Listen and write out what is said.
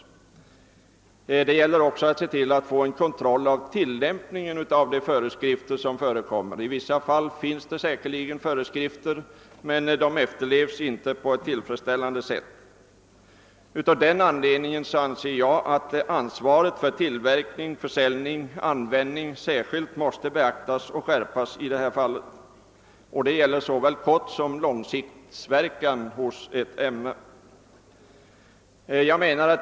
Det gäller också att få till stånd en kontroll av tillämpningen av de föreskrifter som säkerligen finns i många fall men som inte efterlevs på ett tillfredsställande sätt. Ansvaret för tillverkning, försäljning och användning måste skärpas — det gäller såväl kortsom långsiktsverkan av ämnena.